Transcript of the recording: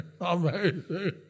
amazing